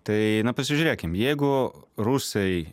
tai na pasižiūrėkim jeigu rusai